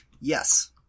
Yes